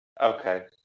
Okay